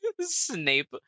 Snape